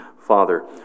Father